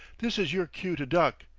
this is your cue to duck!